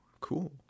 cool